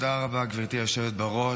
תודה רבה, גברתי היושבת בראש.